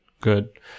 good